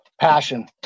passion